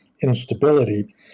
instability